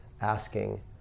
asking